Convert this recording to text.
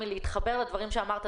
אני רוצה להתחבר לדברים שאמרת.